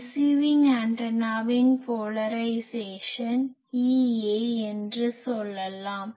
receiving ஆண்டனாவின் polarisation Ea என்று சொல்லலாம்